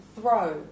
throw